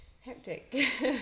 hectic